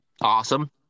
Awesome